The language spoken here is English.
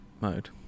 mode